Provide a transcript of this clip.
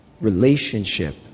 relationship